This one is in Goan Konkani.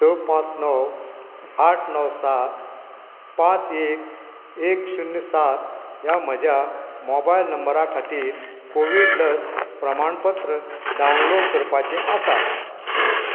स पांच णव आठ णव सात पांच एक एक शुन्य सात ह्या म्हज्या मोबायल नंबरा खातीर कोवीड लस प्रमाणपत्र डावनलोड करपाचें आसा